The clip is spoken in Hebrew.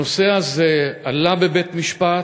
הנושא הזה עלה בבית-משפט,